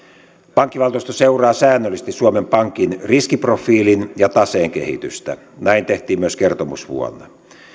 pankkivaltuusto seuraa säännöllisesti suomen pankin riskiprofiilin ja taseen kehitystä näin tehtiin myös kertomusvuonna